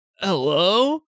Hello